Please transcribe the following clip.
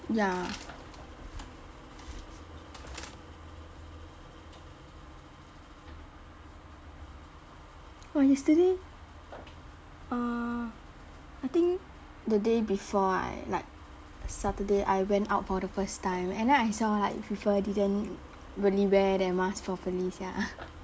ya oh yesterday uh I think the day before I like saturday I went out for the first time and then I saw like people didn't really wear their mask properly sia